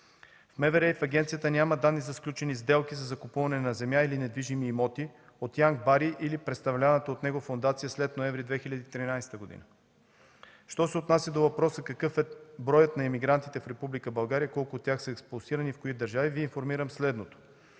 В МВР и в агенцията няма данни за сключени сделки за закупуване на земя или недвижими имоти от Янк Бери или представляваната от него фондация след месец ноември 2013 г. Що се отнася до въпроса какъв е броят на имигрантите в Република България и колко от тях са експулсирани и в кои в държави, Ви информирам следното: